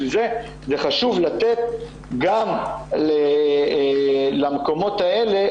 לכן חשוב לתת גם למקומות האלה,